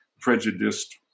prejudiced